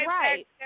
right